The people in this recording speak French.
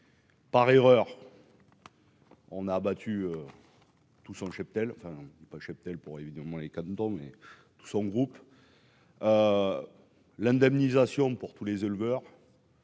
Par ailleurs. On a abattu tout son cheptel, enfin il est pas cheptel pour évidemment les quand on met tout son groupe à l'indemnisation pour tous les éleveurs.